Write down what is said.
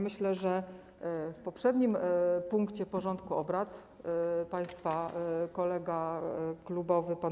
Myślę, że w poprzednim punkcie porządku obrad państwa kolega klubowy pan